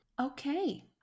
Okay